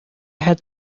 had